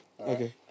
Okay